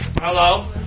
hello